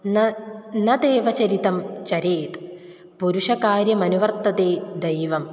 न न तेव चरितं चरेत् पुरुषकार्यमनुवर्तते दैवम्